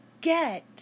get